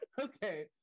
Okay